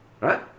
right